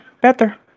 better